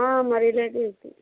ఆ మరీ ఇదేదో అయితే